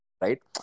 right